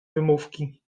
wymówki